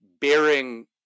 bearing